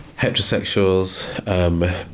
heterosexuals